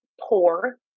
poor